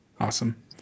Awesome